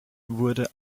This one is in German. wurde